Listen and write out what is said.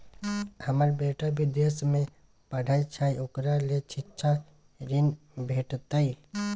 हमर बेटा विदेश में पढै छै ओकरा ले शिक्षा ऋण भेटतै?